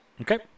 Okay